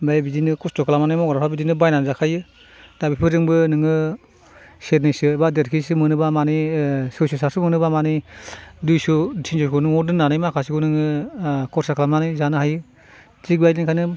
ओमफ्राय बिदिनो कस्त' खालामनानै मावग्राफोरा बिदिनो बायनानै जाखायो दा बेफोरजोंबो नोङो सेरनैसो बा देर केजिसो मोनोबा माने सयस' सातस' मोनोबा माने दुइस' तिनिस'खौ न'आव दोननानै माखासेखौ नोङो खरसा खालामनानै जानो हायो थिग बेबायदिनो ओंखायनो